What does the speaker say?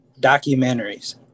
documentaries